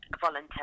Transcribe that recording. volunteer